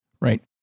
Right